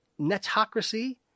Netocracy